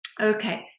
Okay